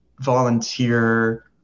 volunteer